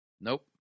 Nope